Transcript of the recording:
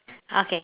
okay